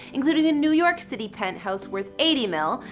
including a new york city penthouse worth eighty mill,